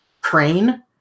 crane